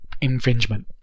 infringement